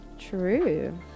true